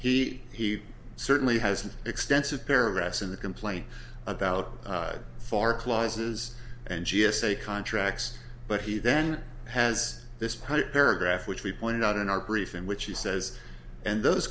he he certainly has an extensive paragraphs in the complaint about far clauses and g s a contracts but he then has this pipe paragraph which we pointed out in our brief in which he says and those